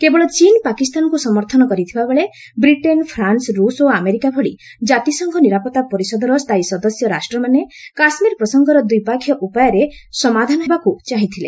କେବଳ ଚୀନ୍ ପାକିସ୍ତାନକୁ ସମର୍ଥନ କରିଥିବାବେଳେ ବ୍ରିଟେନ୍ ଫ୍ରାନ୍ସ ରୁଷ୍ ଓ ଆମେରିକା ଭଳି ଜାତିସଂଘ ନିରାପତ୍ତା ପରିଷଦର ସ୍ଥାୟୀ ସଦସ୍ୟ ରାଷ୍ଟ୍ରମାନେ କାଶ୍କୀର ପ୍ରସଙ୍ଗର ଦ୍ୱିପକ୍ଷୀୟ ଉପାୟରେ ସମାଧାନ ହେବାକୁ ଚାହିଁଥିଲେ